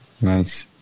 Nice